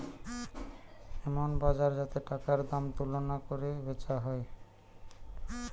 এমন বাজার যাতে টাকার দাম তুলনা কোরে বেচা হয়